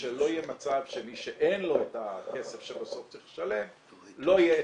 שלא יהיה מצב שמי שאין לו את הכסף שבסוף צריך לשלם לא יהיה.